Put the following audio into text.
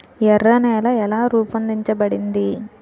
ఎర్ర నేల ఎలా రూపొందించబడింది?